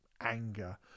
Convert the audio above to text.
anger